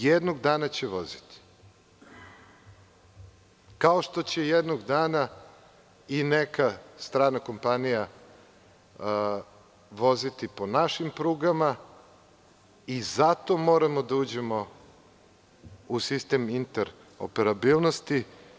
Jednog dana će voziti, kao što će jednog dana i neka strana kompanija voziti po našim prugama i zato moramo da uđemo u sistem interoperabilnosti.